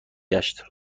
گشت